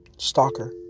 Stalker